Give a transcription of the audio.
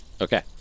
Okay